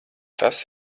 tas